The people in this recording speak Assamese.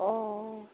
অঁ